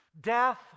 death